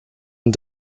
and